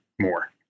more